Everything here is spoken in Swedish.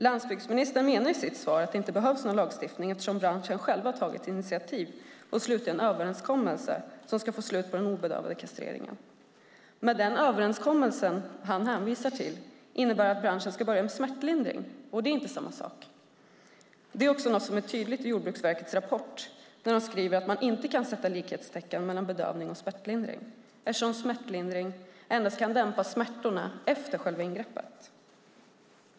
Landsbygdsministern menar i sitt svar att det inte behövs någon lagstiftning eftersom branschen själv tagit initiativ och träffat en överenskommelse som ska göra slut på den obedövade kastreringen. Den överenskommelse landsbygdsministern hänvisar till innebär att branschen ska börja använda smärtlindring. Men det är inte samma sak, vilket också tydligt framgår av Jordbruksverkets rapport där de skriver att man inte kan sätta likhetstecken mellan bedövning och smärtlindring eftersom smärtlindring endast kan dämpa smärtorna efter själva ingreppet.